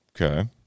Okay